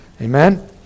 Amen